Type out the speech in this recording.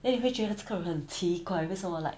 then 你会觉得这个人很奇怪为什么 like